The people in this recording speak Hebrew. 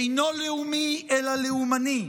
אינו לאומי, אלא לאומני,